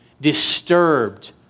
disturbed